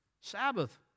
Sabbath